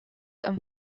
and